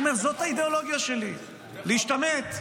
הוא אומר: זאת האידיאולוגיה שלי, להשתמט.